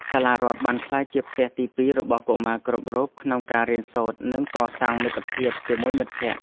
សាលារដ្ឋបានក្លាយជាផ្ទះទីពីររបស់កុមារគ្រប់រូបក្នុងការរៀនសូត្រនិងកសាងមិត្តភាពជាមួយមិត្តភក្តិ។